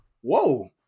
whoa